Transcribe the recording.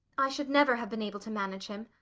i should never have been able to manage him.